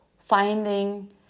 Finding